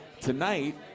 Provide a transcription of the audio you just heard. Tonight